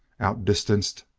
outdistanced,